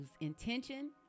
intention